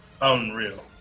unreal